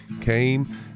came